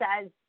says